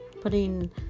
putting